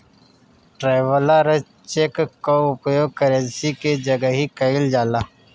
traveller cheque कअ उपयोग currency के जगही कईल जाला